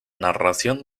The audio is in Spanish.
narración